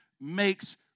makes